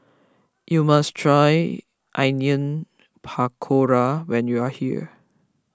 you must try Onion Pakora when you are here